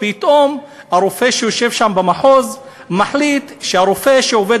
פתאום הרופא שיושב שם במחוז מחליט שהרופא שעובד